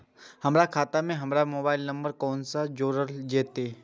हमर खाता मे हमर मोबाइल नम्बर कोना जोरल जेतै?